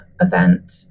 event